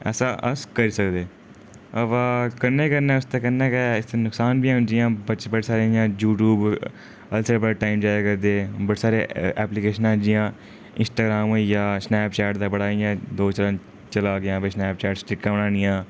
ऐसा अस करी सकदे अबा कन्नै कन्नै उसदे कन्नै बी इसदे नुक्सान बी हैन जि'यां बच्चे बड़े सारे इ'यां यूट्यूब उप्पर उत्थै टाइम जाया करदे बडे़ सारे ऐ ऐपलीकेशन जि'यां इंस्टाग्राम होई गेआ स्नैपचैट दा बड़ा इ'यां दो चलन चला दा जि'यां भाई स्नैपचैट स्ट्रिकां बनानियां